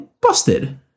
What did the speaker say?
busted